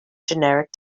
generic